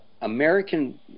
American